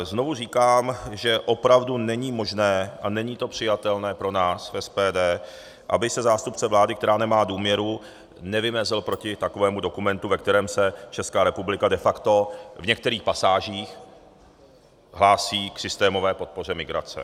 Znovu říkám, že opravdu není možné a není to přijatelné pro nás v SPD, aby se zástupce vlády, která nemá důvěru, nevymezil proti takovému dokumentu, ve kterém se Česká republika de facto v některých pasážích hlásí k systémové podpoře migrace.